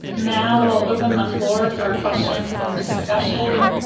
now we'll open the floor for questions and discussion.